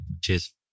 Cheers